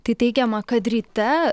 tai teigiama kad ryte